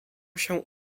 się